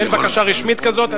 אין בקשה רשמית כזאת.